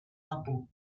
impôts